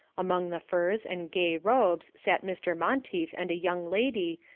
among the furs and gay robes sat mr. monteith and a young lady,